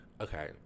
Okay